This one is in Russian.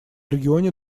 регионе